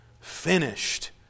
finished